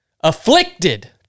afflicted